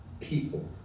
people